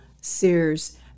Sears